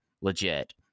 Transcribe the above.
legit